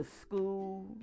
school